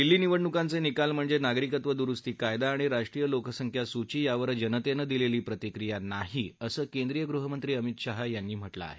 दिल्ली निवडणुकांचे निकाल म्हणजे नागरिकत्व दुरुस्ती कायदा आणि राष्ट्रीय लोकसंख्या सूची यावर जनतेनं दिलेली प्रतिक्रिया नाही असं केंद्रीय गृहमंत्री अमित शहा यांनी म्हटलं आहे